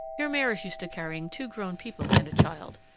your mare is used to carrying two grown people and a child,